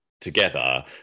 Together